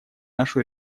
нашу